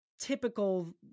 typical